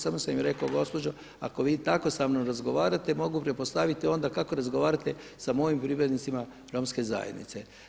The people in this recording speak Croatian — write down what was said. Samo sam joj rekao gospođo ako vi tako sa mnom razgovarate, mogu pretpostaviti onda kako razgovarate sa mojim pripadnicima Romske zajednice.